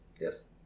yes